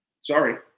Sorry